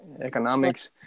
economics